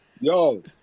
Yo